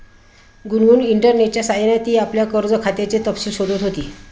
गुनगुन इंटरनेटच्या सह्याने ती आपल्या कर्ज खात्याचे तपशील शोधत होती